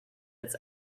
its